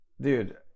dude